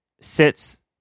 sits